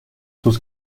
sus